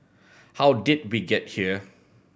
how did we get here